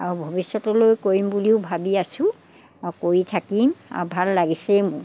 আৰু ভৱিষ্যতলৈ কৰিম বুলিও ভাবি আছো আৰু কৰি থাকিম আৰু ভাল লাগিছেই মোৰ